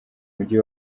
mugi